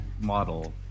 model